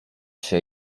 się